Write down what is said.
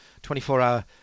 24-hour